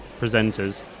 presenters